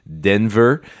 denver